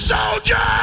Soldier